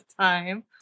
time